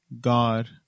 God